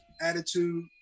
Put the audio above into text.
attitude